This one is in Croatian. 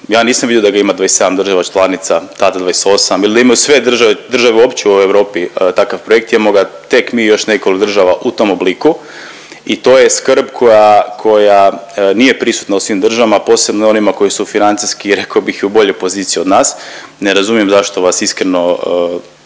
Ja nisam vidio da ga ima 27 država članica tada 28 ili da imaju sve države, države opće u Europi takav projekt. Imamo ga tek mi i još nekoliko država u tom obliku i to je skrb koja, koja nije prisutna u svim državama, a posebno ne u onima koje su financijske rekao bih i u boljoj poziciji od nas. Ne razumijem zašto vas iskreno